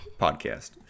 Podcast